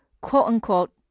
quote-unquote